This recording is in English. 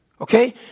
Okay